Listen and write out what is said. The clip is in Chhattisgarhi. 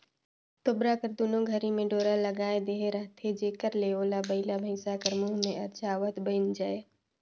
तोबरा कर दुनो घरी मे डोरा लगाए देहे रहथे जेकर ले ओला बइला भइसा कर मुंह मे अरझावत बइन जाए